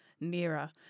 Nearer